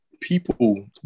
people